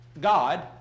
God